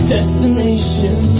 Destination